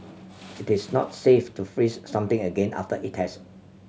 it is not safe to freeze something again after it has